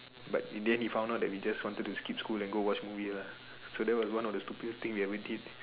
but in the end he found out that we just wanted to skip school and watch movie lah so that was one of the stupid thing we ever did